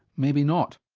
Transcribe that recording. maybe not.